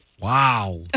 Wow